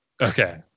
Okay